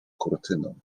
kurtyną